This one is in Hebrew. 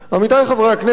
עמיתי חברי הכנסת,